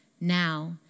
now